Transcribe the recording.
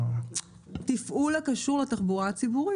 תפעול הקשור לתחבורה הציבורית,